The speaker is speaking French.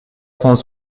cent